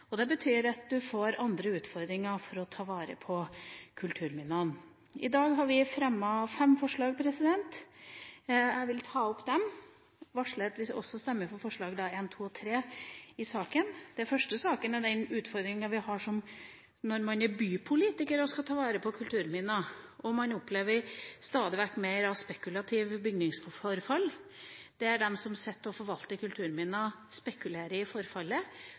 dag. Det betyr at vi får andre utfordringer for å ta vare på kulturminnene. I dag har vi fremmet fem forslag til saken. Jeg vil ta dem opp, og jeg varsler også at vi vil stemme for forslagene nr. 1, 2 og 3 i saken. Det første forslaget gjelder den utfordringa man har som bypolitiker når man skal ta vare på kulturminner, og man stadig vekk opplever mer av spekulativt bygningsforfall – at de som sitter og forvalter kulturminner, spekulerer i forfallet